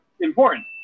important